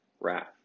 wrath